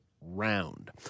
round